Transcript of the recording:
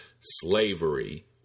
Slavery